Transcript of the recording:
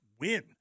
win